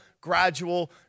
gradual